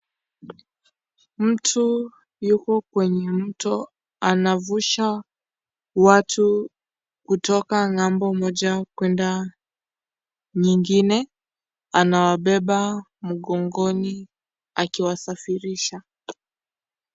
Mtu yuko kwenye mto anavusha watu kutoka ngambo moja kwenda nyingine anawabeba mgongoni akiwasafirisha.